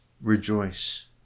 rejoice